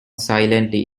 silently